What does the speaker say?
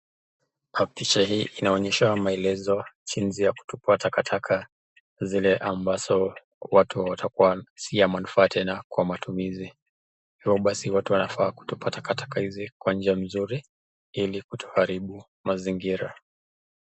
Chapishi hii inaonyesha maeneo jinsi ya kuchukua takataka zile ambazo watu watakua sii ya manufaa tena kwa matumizi. Hivo basi watu wanafaa kutupa takataka hizi kwa njia mzuri ili kutoaribu mazingira.